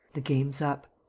the game's up!